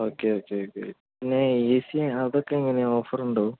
okay okay okay പിന്നേ A C അതൊക്കെ എങ്ങനെയാണ് ഓഫറുണ്ടോ